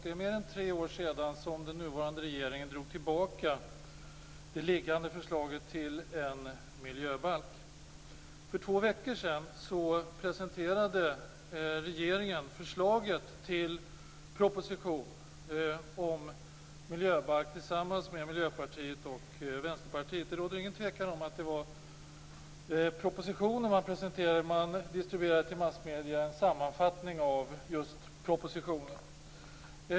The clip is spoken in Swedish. Det är nu mer än tre år sedan den nuvarande regeringen drog tillbaka det liggande förslaget till miljöbalk. För två veckor sedan presenterade regeringen förslaget till proposition om miljöbalk tillsammans med Miljöpartiet och Vänsterpartiet. Det råder ingen tvekan om att det var propositionen man presenterade. Man distribuerade till massmedierna en sammanfattning av just propositionen.